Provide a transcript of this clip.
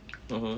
mmhmm